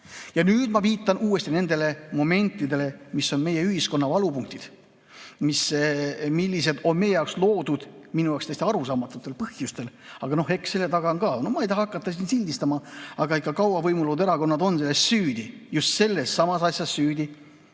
Nüüd ma viitan uuesti nendele momentidele, mis on meie ühiskonna valupunktid, mis on loodud minu jaoks tõesti arusaamatutel põhjustel. Aga noh, eks selle taga on ka – ma ei taha hakata siin sildistama – ikka kaua võimul olnud erakonnad, nad on selles süüdi, just selles samas asjas süüdi,